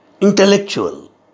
intellectual